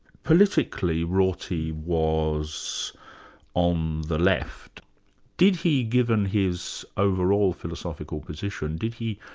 politically, rorty was on the left did he given his overall philosophical position, did he